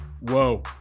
Whoa